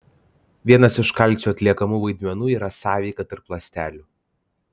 vienas iš kalcio atliekamų vaidmenų yra sąveika tarp ląstelių